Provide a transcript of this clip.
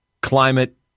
climate